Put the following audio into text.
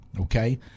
Okay